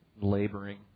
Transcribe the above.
laboring